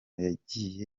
yagiye